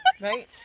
right